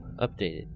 updated